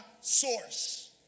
source